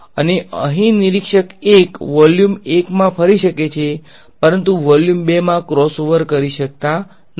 અને અહીં નિરીક્ષક ૧ વોલ્યુમ ૧ માં ફરી શકે છે પરંતુ વોલ્યુમ ૨ માં ક્રોસઓવર કરી શકતા નથી